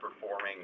performing